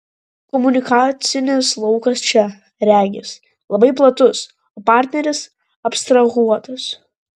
komunikacinis laukas čia regis labai platus o partneris abstrahuotas